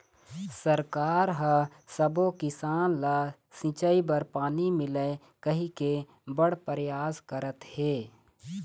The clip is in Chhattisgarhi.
सरकार ह सब्बो किसान ल सिंचई बर पानी मिलय कहिके बड़ परयास करत हे